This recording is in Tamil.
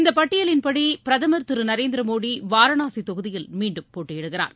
இந்த பட்டியலின் படி பிரதமர் திரு நரேந்திர மோடி வாரணாசி தொகுதியில் மீண்டும் போட்டயிடுகிறார்